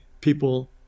people